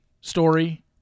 story